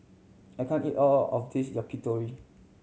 I can't eat all of this Yakitori